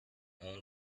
own